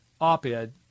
op-ed